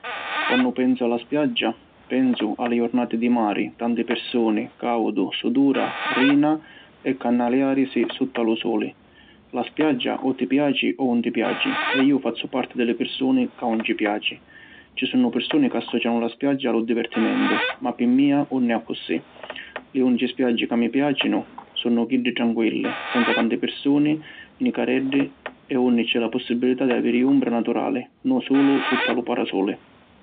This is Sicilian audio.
Quannu pensu a la spiaggia, pensu a li jurnati di mari, tanti pirsuni, caudu, sudura, rina e cannaliarisi sutta lu suli. La spiaggia, o ti piaci o ‘un ti piaci e iu fazzu parti di li pirsuni ca ‘un ci piaci. Ci sunnu pirsuni ca associanu la spiaggia a lu divirtimentu ma pi mia ‘un è accussì. Li unici spiaggi ca mi piacinu sunnu chiddi tranquilli, senza tanti pirsuni, nicareddi e unni c’è la possibilità di aviri umbra naturali no sulu sutta lu parasuli.